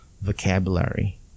vocabulary